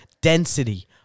density